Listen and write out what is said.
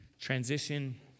transition